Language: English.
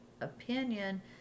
opinion